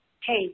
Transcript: hey